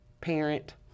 parent